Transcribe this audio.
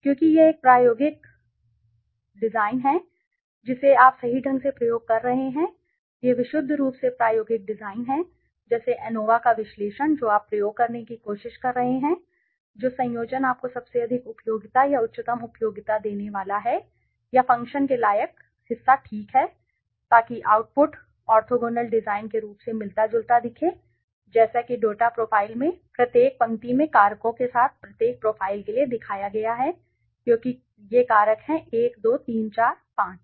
क्योंकि यह एक प्रायोगिक डिज़ाइन है जिसे आप सही ढंग से प्रयोग कर रहे हैं यह विशुद्ध रूप से प्रायोगिक डिज़ाइन है जैसे एनोवा का विश्लेषण जो आप प्रयोग करने की कोशिश कर रहे हैं जो संयोजन आपको सबसे अधिक उपयोगिता या उच्चतम उपयोगिता देने वाला है या फ़ंक्शन के लायक हिस्सा ठीक है ताकि ऑरेगोनियल और ठीक क्लिक करें ताकि आउटपुट ऑर्थोगोनल डिज़ाइन के रूप से मिलता जुलता दिखे जैसा कि डेटा प्रोफाइल में प्रत्येक पंक्ति में कारकों के साथ प्रत्येक प्रोफ़ाइल के लिए दिखाया गया है क्योंकि कारक ये कारक हैं 1 2 3 4 5